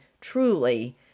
truly